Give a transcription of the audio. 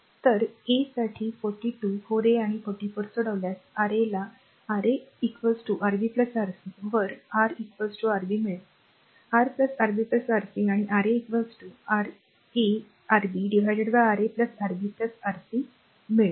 तर a साठी 42 4a आणि 44 सोडवल्यास a R a ला Ra Rb Rc वर R Rb मिळेल R Rb Rc आणि R a Ra Rb Ra Rb Rc